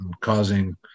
causing